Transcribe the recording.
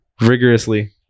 rigorously